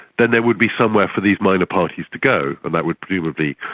then there would be somewhere for these minor parties to go and that would presumably,